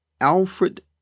Alfred